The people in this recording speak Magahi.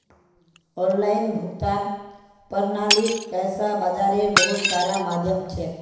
ऑनलाइन भुगतान प्रणालीक पैसा बाजारेर बहुत सारा माध्यम छेक